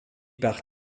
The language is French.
par